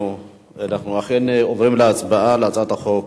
אם כן, אנחנו עוברים להצבעה על הצעת החוק.